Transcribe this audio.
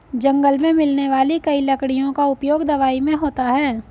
जंगल मे मिलने वाली कई लकड़ियों का उपयोग दवाई मे होता है